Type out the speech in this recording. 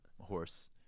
horse